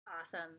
Awesome